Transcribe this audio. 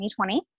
2020